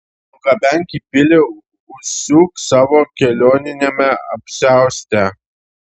nugabenk į pilį užsiūk savo kelioniniame apsiauste